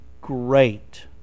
great